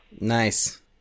nice